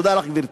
תודה לך, גברתי.